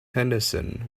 henderson